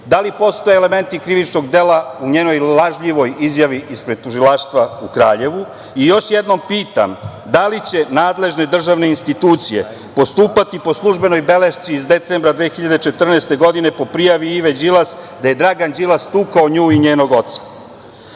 Da li postoje elementi krivičnog dela u njenoj lažljivoj izjavi ispred Tužilaštva u Kraljevu? I, još jednom pitam, da li će nadležne državne institucije postupati po službenoj belešci iz decembra 2014. godine po prijavi Ive Đilas da je Dragan Đilas tukao nju i njenog oca?